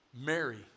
Mary